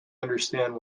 understand